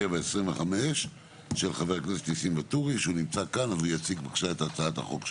פ/2787/25 של חבר הכנסת ניסים ואטורי שנמצא כאן ויציג את הצעת החוק שלו.